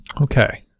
Okay